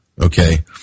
Okay